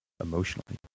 emotionally